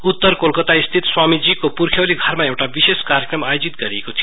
उत्तर कोलकता स्थित स्वामीजीको पुर्खौली घरमा एउटा विशेष कार्यक्रम आयोजित गरिएको थियो